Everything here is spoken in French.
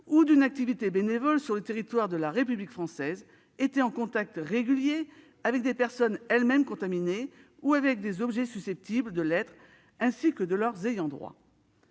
ou d'une activité bénévole sur le territoire de la République française, été en contact régulier avec des personnes elles-mêmes contaminées ou avec des objets susceptibles de l'être, ainsi que leurs ayants droit.